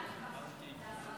להלן תוצאות ההצבעה: